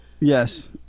Yes